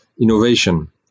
innovation